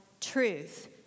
truth